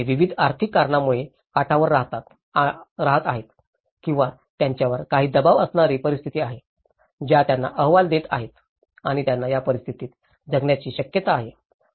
ते विविध आर्थिक कारणांमुळे काठावर राहत आहेत किंवा त्यांच्यावर काही दबाव आणणारी परिस्थिती आहे ज्या त्यांना आव्हान देत आहेत आणि त्यांना या परिस्थितीत जगण्याची शक्यता आहे